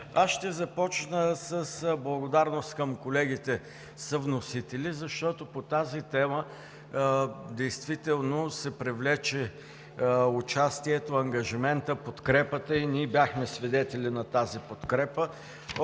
Аз ще започна с благодарност към колегите съвносители, защото по тази тема действително се привлече участието, ангажиментът, подкрепата и ние бяхме свидетели на тази подкрепа